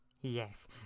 Yes